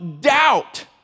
doubt